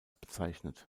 bezeichnet